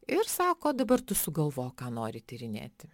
ir sako dabar tu sugalvok ką nori tyrinėti